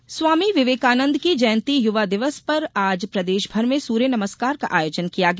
युवा दिवस स्वामी विवेकानंद की जयंती युवा दिवस पर आज प्रदेश भर में सूर्य नमस्कार का आयोजन किया गया